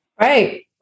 Right